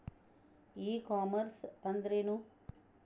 E commerce ಅಂದ್ರೇನು?